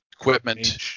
equipment